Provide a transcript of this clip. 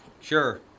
Sure